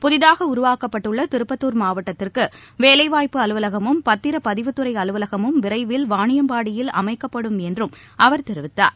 புதிதாகஉருவாக்கப்பட்டுள்ளதிருப்பத்துார் மாவட்டத்திற்குவேலைவாய்ப்பு அலுவலகமும் பத்திரப்பதிவுத்துறைஅலுவலகமும் விரைவில் வாணியம்பாடியில் அமைக்கப்படும் என்றும் அவர் தெரிவித்தார்